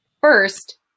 first